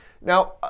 Now